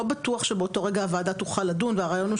לא בטוח שבאותו רגע הוועדה תוכל לדון והרעיון הוא